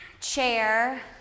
Chair